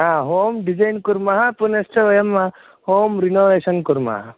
हा home design कुर्मः पुनश्च वयं होम् रिनोवेशन् कुर्मः